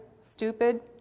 stupid